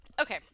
Okay